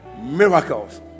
miracles